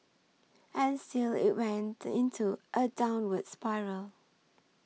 and still it went into a downward spiral